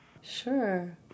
sure